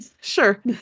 sure